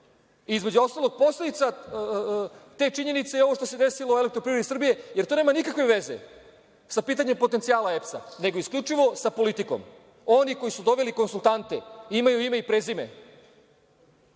ostalog posledica te činjenice to što se desilo EPS, jer to nema nikakve veze sa pitanjem potencijala EPS nego isključivo sa politikom. Oni koji su doveli konsultante imaju ime i prezime.